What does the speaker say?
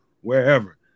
wherever